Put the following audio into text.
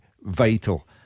Vital